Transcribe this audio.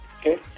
Okay